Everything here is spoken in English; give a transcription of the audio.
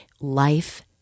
Life